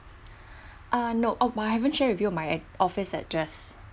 ah no oh I haven't share with you my office address